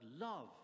love